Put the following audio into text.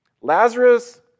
Lazarus